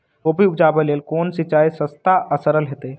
कोबी उपजाबे लेल केँ सिंचाई सस्ता आ सरल हेतइ?